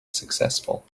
successful